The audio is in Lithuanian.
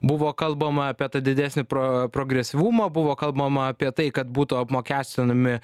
buvo kalbama apie tą didesnį pro progresyvumą buvo kalbama apie tai kad būtų apmokestinami